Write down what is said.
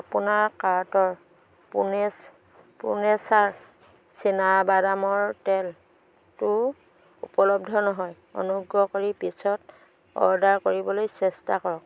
আপোনাৰ কাৰ্টৰ pro nature চীনাবাদামৰ তেলটো উপলব্ধ নহয় অনুগ্ৰহ কৰি পিছত অৰ্ডাৰ কৰিবলৈ চেষ্টা কৰক